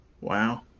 Wow